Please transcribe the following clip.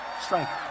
strength